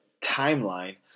timeline